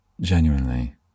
genuinely